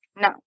No